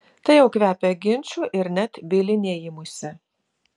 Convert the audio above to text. tai jau kvepia ginču ir net bylinėjimusi